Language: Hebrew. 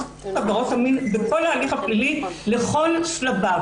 עבירות המין בכל ההליך הפלילי לכל שלביו,